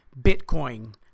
Bitcoin